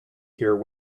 here